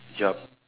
yup